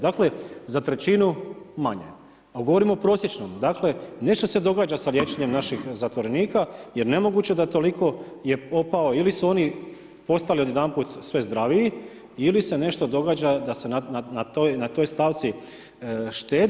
Dakle, za trećinu manje, a govorimo o prosječnom, dakle, nešto se događa sa liječenjem naših zatvorenika, jer nemoguće da toliko je opao ili su oni postali odjedanput sve zdraviji ili se nešto događa da se na toj stavci štedi.